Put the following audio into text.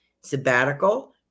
sabbatical